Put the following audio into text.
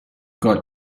got